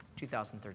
2013